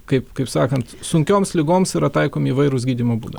kaip kaip sakant sunkioms ligoms yra taikomi įvairūs gydymo būdai